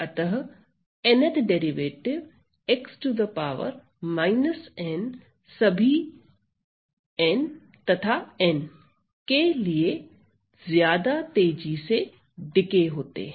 अतः nth derivative x−N सभी N तथा n के लिए ज्यादा तेजी से क्षय होते हैं